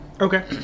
Okay